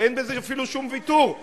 הרי אין בזה אפילו שום ויתור.